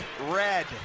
red